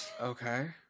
Okay